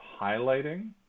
highlighting